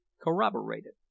corroborated